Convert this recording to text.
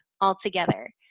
altogether